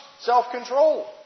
self-control